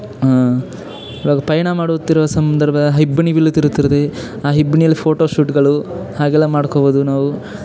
ಈವಾಗ ಪಯಣ ಮಾಡುತ್ತಿರುವ ಸಂದರ್ಭ ಇಬ್ಬನಿ ಬೀಳುತ್ತಿರುತ್ತಿರುತ್ತದೆ ಆ ಇಬ್ಬನಿಯಲ್ಲಿ ಫೋಟೋ ಶೂಟ್ಗಳು ಹಾಗೆಲ್ಲ ಮಾಡ್ಕೊಳ್ಬಹುದು ನಾವು